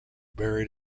buried